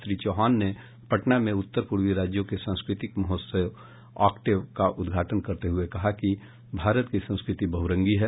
श्री चौहान ने पटना में उत्तर पूर्वी राज्यों के सांस्कृतिक महोत्सव ऑक्टेव का उद्घाटन करते हुए कहा कि भारत की संस्कृति बहुरंगी है